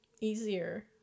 easier